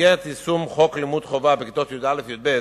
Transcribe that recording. במסגרת יישום חוק לימוד חובה בכיתות י"א וי"ב,